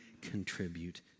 contribute